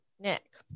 nick